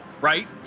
right